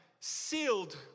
sealed